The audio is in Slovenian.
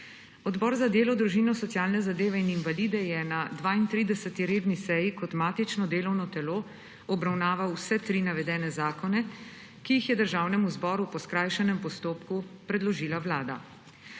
Odbor za delo, družino, socialne zadeve in invalide je na 32. redni seji kot matično delovno telo obravnaval vse tri navedene zakone, ki jih je Državnemu zboru po skrajšanem postopku predložila Vlada.